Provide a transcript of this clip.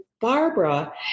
Barbara